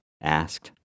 asked